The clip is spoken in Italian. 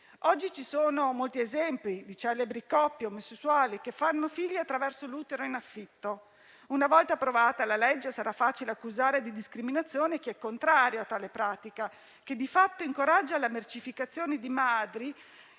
Oggi ci sono molti esempi di celebri coppie omosessuali che fanno figli attraverso l'utero in affitto; una volta approvata la legge, sarà facile accusare di discriminazione chi è contrario a tale pratica, che di fatto incoraggia la mercificazione di madri